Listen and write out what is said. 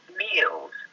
meals